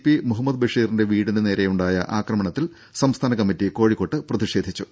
P Muhammad ബഷീറിന്റെ വീടിന് നേരെയുണ്ടായ ആക്രമണത്തിൽ സംസ്ഥാന കമ്മറ്റി കോഴിക്കോട്ട് പ്രതിഷേധിച്ചു